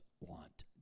want